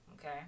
Okay